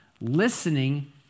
listening